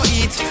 eat